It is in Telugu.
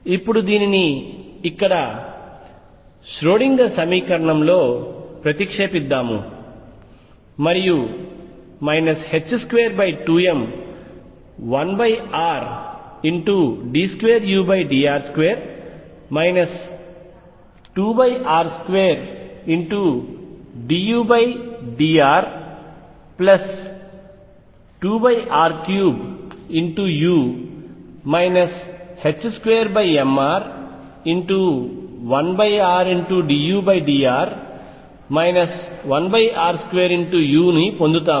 ఇప్పుడు దీనిని ఇక్కడ ష్రోడింగర్ సమీకరణంలో ప్రతిక్షేపిద్దాము మరియు 22m1r d2udr2 2r2dudr2r3u 2mr1rdudr 1r2u పొందుతాము